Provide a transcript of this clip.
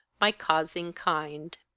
my causing kind.